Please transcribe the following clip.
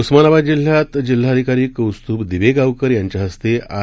उस्मानाबाद जिल्ह्यात जिल्हाधिकारी कौस्तुभ दिवेगावकर यांच्या हस्ते आर